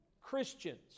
Christians